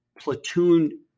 Platoon